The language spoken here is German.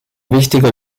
wichtiger